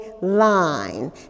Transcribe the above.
line